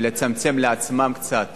ולצמצם לעצמם קצת